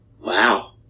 Wow